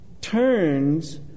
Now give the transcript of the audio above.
turns